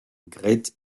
great